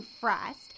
Frost